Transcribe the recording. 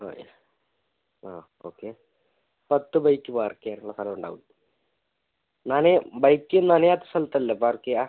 ആ ഏഹ് ആ ഓക്കെ പത്ത് ബൈക്ക് പാർക്ക് ചെയ്യാനുള്ള സ്ഥലം ഉണ്ടാവും എന്നാൽ ബൈക്ക് നനയാത്ത സ്ഥലത്തല്ലേ പാർക്ക് ചെയ്യുക